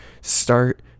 start